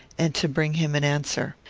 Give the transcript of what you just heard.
and to bring him an answer.